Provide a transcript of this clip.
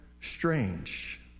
strange